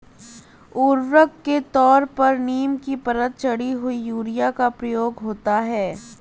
उर्वरक के तौर पर नीम की परत चढ़ी हुई यूरिया का प्रयोग होता है